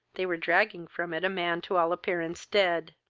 they were dragging from it a man to all appearance dead.